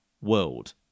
world